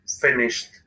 finished